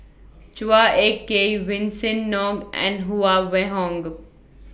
Chua Ek Kay Vincent Ng and Huang Wenhong